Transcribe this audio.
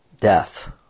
Death